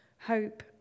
hope